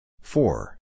Four